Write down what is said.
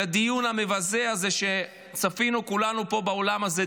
לדיון המבזה הזה שצפינו כולנו פה באולם הזה,